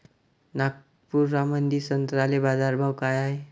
नागपुरामंदी संत्र्याले बाजारभाव काय हाय?